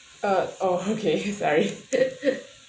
uh oh okay sorry